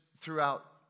throughout